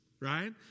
right